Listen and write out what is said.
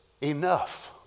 enough